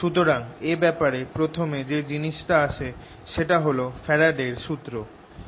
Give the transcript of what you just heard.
সুতরাং এ ব্যাপারে প্রথম যে জিনিসটা আসে সেটা হল ফ্যারাডের সুত্র Faraday's Law